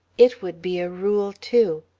it would be a rule, too.